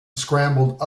scrambled